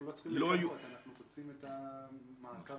אנחנו רוצים את המעקב